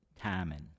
timing